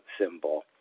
symbol